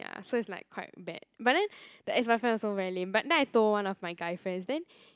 ya so it's like quite bad but then the ex boyfriend also very lame but then I told one of my guy friends then